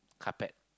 carpet